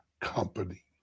Company